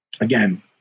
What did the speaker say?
Again